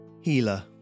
Healer